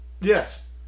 Yes